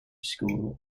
school